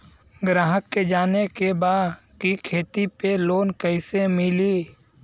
ग्राहक के जाने के बा की खेती पे लोन कैसे मीली?